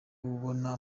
kubona